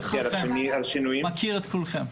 מכיר את כולכם.